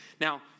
Now